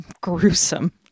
gruesome